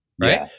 Right